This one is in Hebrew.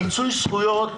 מיצוי הזכויות